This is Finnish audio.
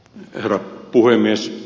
herra puhemies